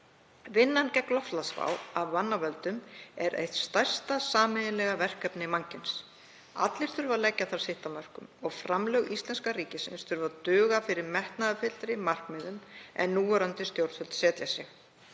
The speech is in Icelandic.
Vinnan gegn loftslagsvá af mannavöldum er eitt stærsta sameiginlega verkefni mannkyns. Allir þurfa að leggja þar sitt af mörkum og framlög íslenska ríkisins þurfa að duga fyrir metnaðarfyllri markmiðum en núverandi stjórnvöld setja